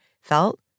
felt